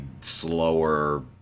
slower